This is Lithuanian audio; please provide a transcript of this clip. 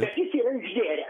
bet jis yra išgėręs